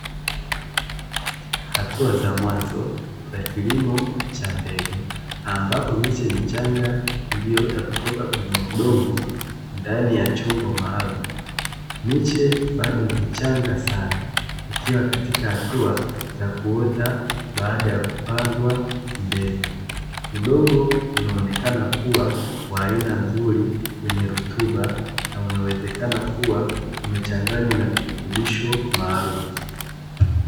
Hatua za mwanzo za kilimo cha mbegu, ambapo miche michanga iliyoota kutoka kwenye udongo ndani ya chombo maalumu, miche bado michanga sana ikiwa katika hatua za kuota baada ya kupandwa mbegu, udongo unaonekana kuwa wa aina nzuri wenye rutuba na unawezekana kuwa umechanganywa na virutubisho maalumu.